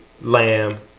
lamb